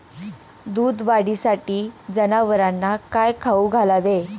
दूध वाढीसाठी जनावरांना काय खाऊ घालावे?